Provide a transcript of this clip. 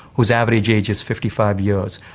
whose average age is fifty five years,